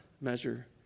measure